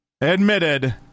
admitted